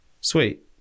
sweet